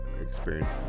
experience